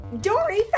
Dory